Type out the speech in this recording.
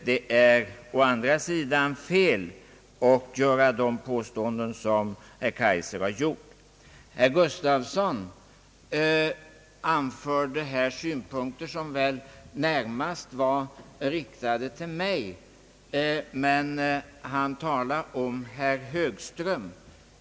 Det är å andra sidan fel att göra det påstående som herr Kaijser har gjort. Herr Nils-Eric Gustafsson anförde synpunkter som väl närmast var riktade till mig, men han talade om herr Högström.